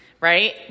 Right